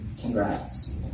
congrats